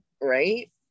Right